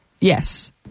Yes